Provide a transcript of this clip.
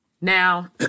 Now